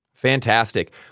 Fantastic